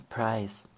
Price